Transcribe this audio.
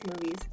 movies